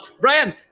Brian